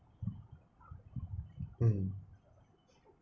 mm